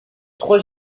trois